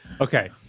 Okay